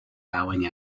bowing